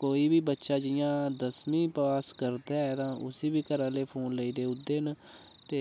कोई बी बच्चा जियां दसमी पास करदा ऐ तां उसी बी घरै आह्ले फोन लेई देई उड़दे न ते